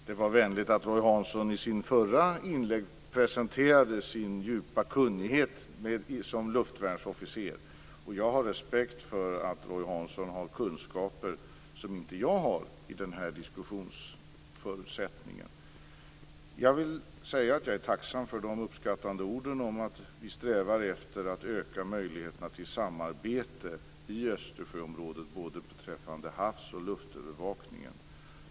Fru talman! Det var vänligt att Roy Hansson i sitt förra inlägg presenterade sin djupa kunnighet som luftvärnsofficer. Jag har respekt för att Roy Hansson har kunskaper som inte jag har i denna diskussionsförutsättning. Jag vill säga att jag är tacksam för de uppskattande orden om att vi strävar efter att öka möjligheterna till samarbete i Östersjöområdet, både beträffande havs och luftövervakningen.